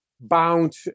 bound